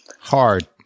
hard